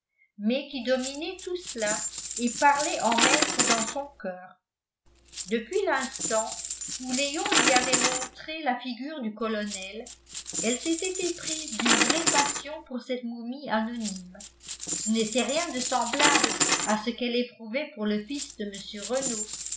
mais qui dominait tout cela et parlait en maître dans son coeur depuis l'instant où léon lui avait montré la figure du colonel elle s'était éprise d'une vraie passion pour cette momie anonyme ce n'était rien de semblable à ce qu'elle éprouvait pour le fils de mr renault